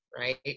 Right